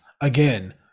again